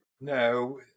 No